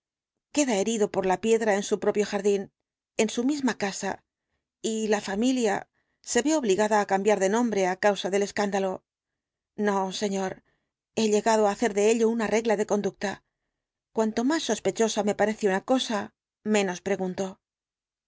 queda herido por la piedra en su propio jardín en su misma casa y la familia se ve obligada á historia de la puerta cambiar de nombre á causa del escándalo no señor he llegado á hacer de ello una regla de conducta cuanto más sospechosa me parece una cosa menos pregunto